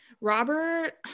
Robert